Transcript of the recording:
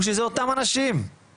הוא שמדובר באותם אנשים,